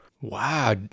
Wow